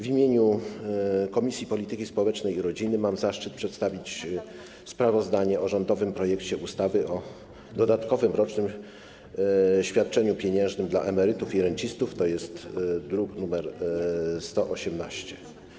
W imieniu Komisji Polityki Społecznej i Rodziny mam zaszczyt przedstawić sprawozdanie o rządowym projekcie ustawy o dodatkowym rocznym świadczeniu pieniężnym dla emerytów i rencistów, druk nr 118.